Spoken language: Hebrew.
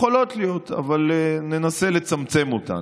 יכולות להיות, אבל ננסה לצמצם אותן.